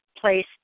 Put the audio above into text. place